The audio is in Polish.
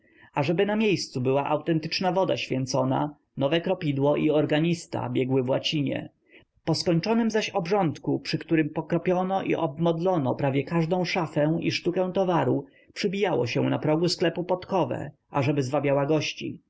ażeby na miejscu była autentyczna woda święcona nowe kropidło i organista biegły w łacinie po skończonym zaś obrządku przy którym pokropiono i obmodlono prawie każdą szafę i sztukę towaru przybijało się na progu sklepu podkowę ażeby zwabiała gości